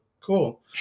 Cool